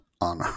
on